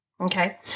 Okay